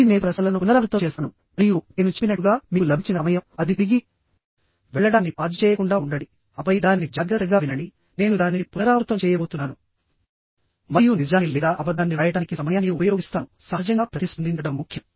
మళ్ళీ నేను ప్రశ్నలను పునరావృతం చేస్తాను మరియు నేను చెప్పినట్లుగా మీకు లభించిన సమయం అది తిరిగి వెళ్లడాన్ని పాజ్ చేయకుండా ఉండండిఆపై దానిని జాగ్రత్తగా వినండి నేను దానిని పునరావృతం చేయబోతున్నాను మరియు నిజాన్ని లేదా అబద్ధాన్ని వ్రాయడానికి సమయాన్ని ఉపయోగిస్తానుసహజంగా ప్రతిస్పందించడం ముఖ్యం